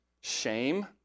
shame